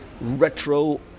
retro